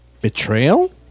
Betrayal